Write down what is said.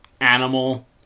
animal